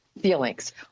feelings